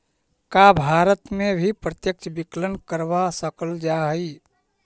का भारत में भी प्रत्यक्ष विकलन करवा सकल जा हई?